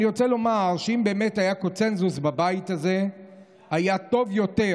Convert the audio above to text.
אני רוצה לומר שאם באמת היה קונסנזוס בבית הזה היה טוב יותר,